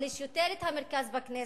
מחליש יותר את המרכז בכנסת,